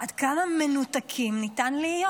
עד כמה מנותקים ניתן להיות.